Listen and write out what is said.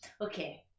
Okay